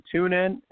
TuneIn